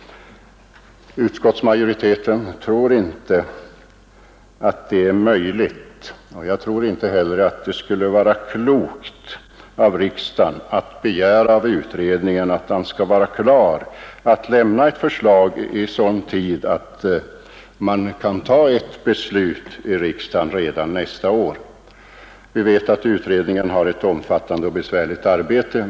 Utskottsmajoriteten tror inte att det är möjligt och jag tror inte heller att det skulle vara klokt av riksdagen att begära av utredningen att den skall vara klar att lämna ett förslag i sådan tid att riksdagen kan fatta ett beslut redan nästa år. Vi vet att utredningen har ett omfattande och besvärligt arbete.